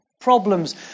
problems